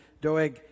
Doeg